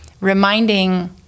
Reminding